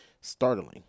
startling